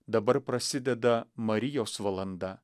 dabar prasideda marijos valanda